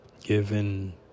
Given